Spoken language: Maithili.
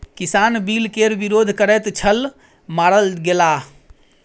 किसान बिल केर विरोध करैत छल मारल गेलाह